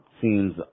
seems